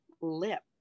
lip